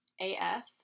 AF